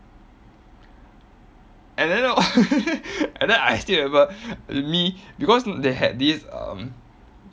and then hor and then I still haven't me because they had this um